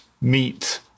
meet